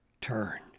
turn